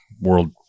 World